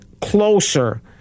closer